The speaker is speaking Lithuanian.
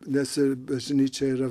nes ir bažnyčia yra